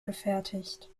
gefertigt